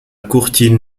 courtine